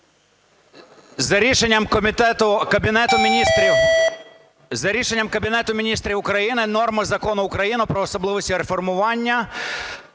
За рішенням Кабінету Міністрів України норми Закону України "Про особливості реформування